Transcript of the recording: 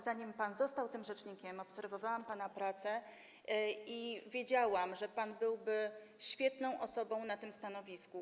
Zanim został pan rzecznikiem, długo obserwowałam pana pracę i wiedziałam, że pan byłby świetną osobą na tym stanowisku.